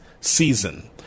season